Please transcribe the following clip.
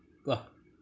!wah!